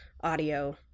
audio